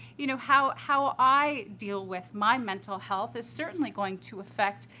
you know, how how i deal with my mental health is certainly going to affect,